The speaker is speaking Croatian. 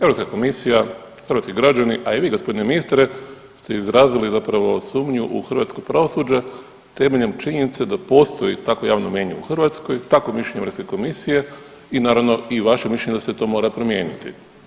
Europska komisija, hrvatski građani, a i vi gospodine ministre ste izrazili zapravo sumnju u hrvatsko pravosuđe temeljem činjenice da postoji takvo javno mnijenje u Hrvatskoj, takvo je mišljenje Europske komisije i naravno vaše mišljenje da se to mora promijeniti.